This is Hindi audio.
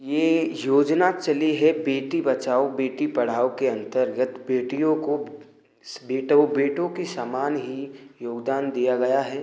ये योजना चली है बेटी बचाओ बेटी पढ़ाओ के अन्तर्गत बेटियों को बेटों के समान ही योगदान दिया गया है